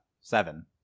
Seven